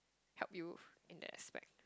help you in that aspect